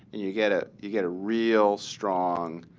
and you get a you get a real strong